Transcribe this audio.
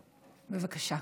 בבקשה.